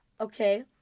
Okay